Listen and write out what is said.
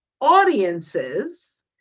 audiences